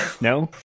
No